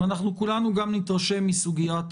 ואנחנו כולנו גם נתרשם מסוגיית